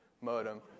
modem